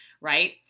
Right